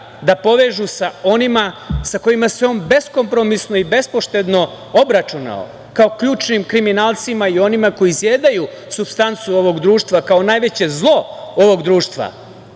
da povežu sa onima sa kojima se on beskompromisno i bespoštedno obračunao, kao ključnim kriminalcima i onima koji izjedaju supstancu ovog društva kao najveće zlo ovog društva,